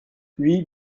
huit